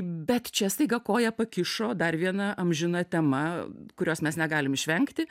bet čia staiga koją pakišo dar viena amžina tema kurios mes negalim išvengti